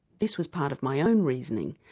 this was part of my own reasoning.